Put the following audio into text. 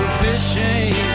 fishing